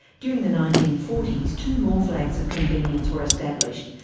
during the nineteen forty s two more flags of convenience were established,